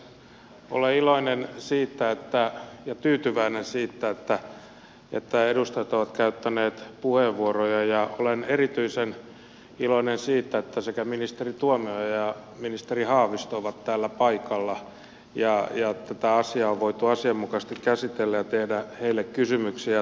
olen iloinen ja tyytyväinen siitä että edustajat ovat käyttäneet puheenvuoroja ja olen erityisen iloinen siitä että sekä ministeri tuomioja että ministeri haavisto ovat täällä paikalla ja tätä asiaa on voitu asianmukaisesti käsitellä ja tehdä heille kysymyksiä ja tarkennuksia